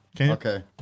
Okay